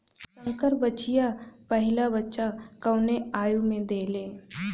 संकर बछिया पहिला बच्चा कवने आयु में देले?